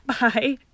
Bye